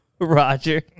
Roger